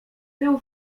był